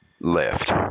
left